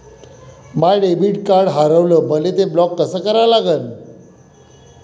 माय debit card हारवलं, मले ते ब्लॉक कस करा लागन?